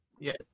Yes